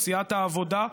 או סיעת העבודה,